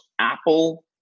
Apple